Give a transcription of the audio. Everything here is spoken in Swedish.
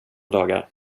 dagar